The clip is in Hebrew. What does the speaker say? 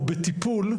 או בטיפול,